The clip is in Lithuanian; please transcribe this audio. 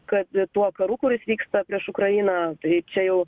kad tuo karu kuris vyksta prieš ukrainą tai čia jau